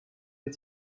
les